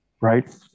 Right